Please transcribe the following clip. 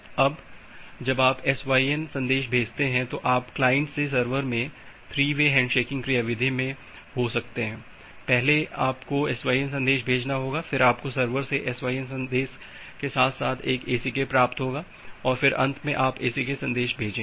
अब जब आप एक SYN भेजते हैं तो आप क्लाइंट से सर्वर में 3-वे हैंडशेकिंग क्रियाविधि मे हो सकते हैं पहले आपको SYN संदेश भेजना होगा फिर आपको सर्वर से SYN के साथ साथ एक ACK प्राप्त होगा और फिर अंत में आप ACK संदेश भेजेंगे